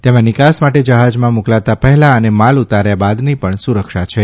તેમાં નિકાસ માટે જ્રાજમાં મોકલતા પહેલાં અને માલ ઉતાર્યા બાદની પણ સુરક્ષા છે